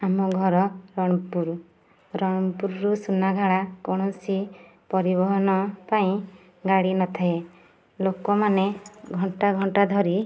ଆମ ଘର ରଣପୁର ରଣପୁରରୁ ସୁନାଖଳା କୌଣସି ପରିବହନ ପାଇଁ ଗାଡ଼ି ନଥାଏ ଲୋକମାନେ ଘଣ୍ଟାଘଣ୍ଟା ଧରି